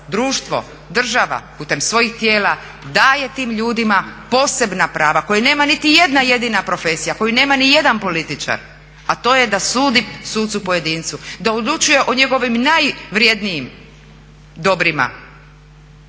društvo, država putem svojih tijela daje tim ljudima posebna prava koje nema niti jedna jedina profesija, koju nema ni jedan političar, a to je da sudi sucu pojedincu, da odlučuje o njegovim najvrednijim dobrima,